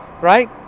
right